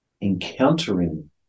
encountering